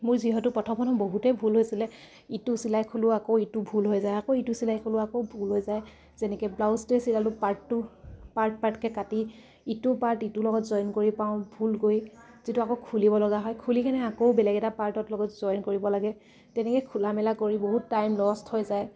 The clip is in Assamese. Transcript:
মোৰ যিহেতু প্ৰথম প্ৰথম বহুতেই ভুল হৈছিলে ইটো চিলাই খোলোঁ আকৌ ইটো ভুল হৈ যায় আকৌ ইটো চিলাই খোলোঁ আকৌ ভুল হৈ যায় যেনেকে ব্লাউজটোৱে চিলালোঁ পাৰ্টটো পাৰ্ট পাৰ্টকে কাটি ইটো পাৰ্ট ইটোৰ লগত জইন কৰি পাওঁ ভুল কৰি যিটো আকৌ খুলিবলগা হয় খুলি কেনে আকৌ বেলেগ এটা পাৰ্টত লগত জইন কৰিব লাগে তেনেকে খোলা মেলা কৰি বহুত টাইম লষ্ট হৈ যায়